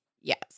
yes